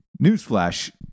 Newsflash